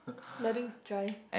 learning to drive